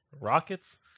rockets